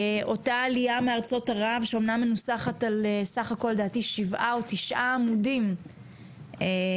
העלייה מארצות ערב מנוסחת על פני שבעה או תשעה עמודים ולא